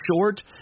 short